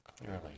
clearly